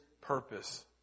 purpose